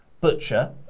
Butcher